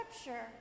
scripture